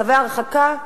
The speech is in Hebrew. צווי הרחקה,